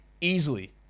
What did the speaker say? Easily